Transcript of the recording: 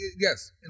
Yes